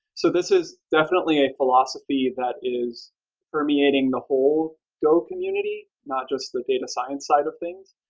so this is definitely a philosophy that is permeating the whole go community, not just the data science side of things.